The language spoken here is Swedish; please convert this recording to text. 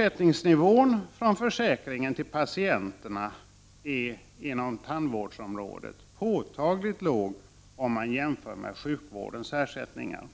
Nivån på ersättningen från försäkringen till patienterna inom tandvården är påtagligt låg, om man jämför med sjukvårdsersättningen.